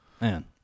man